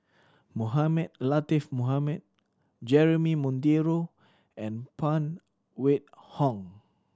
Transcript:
Mohamed Latiff Mohamed Jeremy Monteiro and Phan Wait Hong